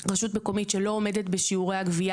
רשות מקומית שלא עומדת בשיעורי הגבייה